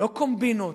לא קומבינות.